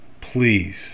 please